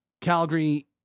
Calgary